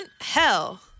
Hell